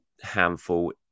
handful